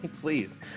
please